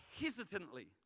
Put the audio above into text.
hesitantly